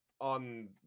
on